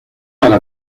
para